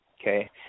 okay